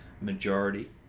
majority